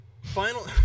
Final